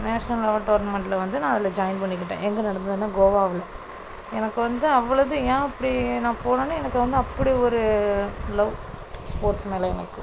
national level டோர்னமென்ட்டில் வந்து நான் அதில் ஜாயின் பண்ணிக்கிட்டேன் எங்கள் நடந்ததுன்னா கோவாவில் எனக்கு வந்து அவ்வளோது ஏன் அப்படி நான் போகனேன்னு எனக்கு வந்து அப்படி ஒரு லவ் ஸ்போட்ஸ் மேலே எனக்கு